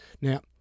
Now